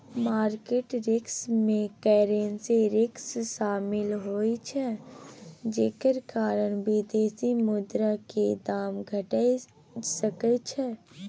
market risk में currency risk शामिल होइ छइ जे कारण विदेशी मुद्रा के दाम घइट सकइ छइ